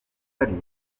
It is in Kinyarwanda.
hariya